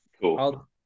cool